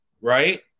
Right